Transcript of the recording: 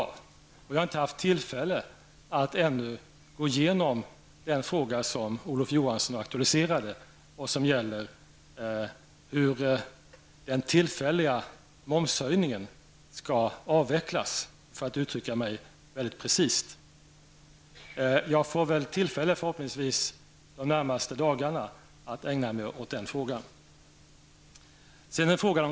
Jag har därför ännu inte haft tillfälle att gå igenom den fråga som Olof Johansson aktualiserade och som gäller hur den tillfälliga momshöjningen skall avvecklas, för att uttrycka mig mycket precist. Jag får förhoppningsvis tillfälle att under de närmaste dagarna ägna mig åt den frågan.